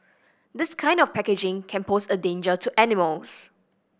this kind of packaging can pose a danger to animals